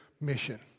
mission